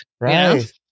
right